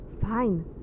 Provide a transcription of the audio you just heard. Fine